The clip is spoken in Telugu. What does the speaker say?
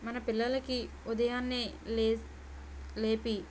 మన పిల్లలకి ఉదయాన్నే లేస్తే లేపి